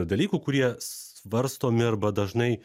dalykų kurie svarstomi arba dažnai